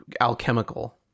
alchemical